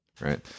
Right